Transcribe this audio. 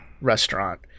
restaurant